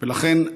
ולכן,